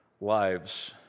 lives